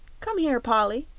come here, polly,